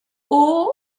aux